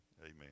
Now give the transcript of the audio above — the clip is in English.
Amen